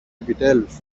επιτέλους